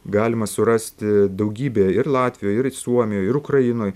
galima surasti daugybė ir latvijoj ir suomijoj ir ukrainoj